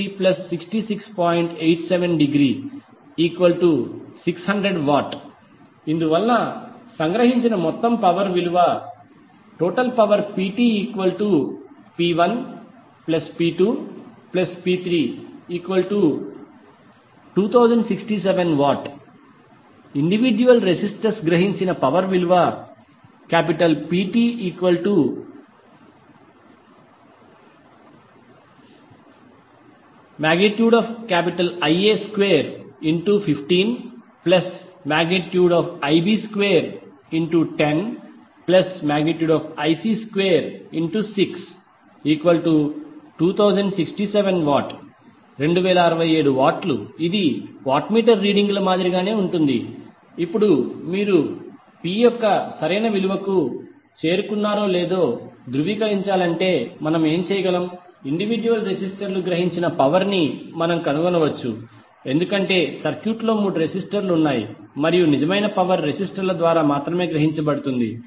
87° 600W ఇందు వలన సంగ్రహించిన మొత్తం పవర్ విలువ PTP1P2P32067W ఇండివిడ్యుయల్ రెసిస్టర్స్ గ్రహించిన పవర్ విలువ PTIa215Ib210Ic262067W ఇది వాట్ మీటర్ రీడింగ్ ల మాదిరి గానే ఉంటుంది ఇప్పుడు మీరు P యొక్క సరైన విలువకు చేరుకున్నారో లేదో ధృవీకరించాలనుకుంటే మనము ఏమి చేయగలం ఇండివిడ్యుయల్ రెసిస్టర్లు గ్రహించిన పవర్ ని మనం కనుగొనవచ్చు ఎందుకంటే సర్క్యూట్లో మూడు రెసిస్టర్లు ఉన్నాయి మరియు నిజమైన పవర్ రెసిస్టర్ల ద్వారా మాత్రమే గ్రహించబడుతుంది